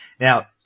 Now